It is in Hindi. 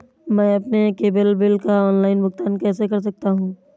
मैं अपने केबल बिल का ऑनलाइन भुगतान कैसे कर सकता हूं?